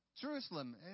Jerusalem